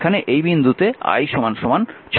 এখানে এই বিন্দুতে I 6 অ্যাম্পিয়ার প্রদত্ত আছে